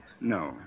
No